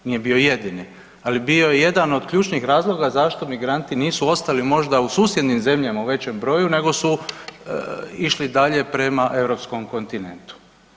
Nije bio jedini, ali bio je jedan od ključnih razloga zašto migranti nisu ostali možda u susjednim zemljama u većem broju, nego su išli dalje prema europskom kontinentu.